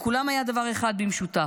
לכולם היה דבר אחד במשותף: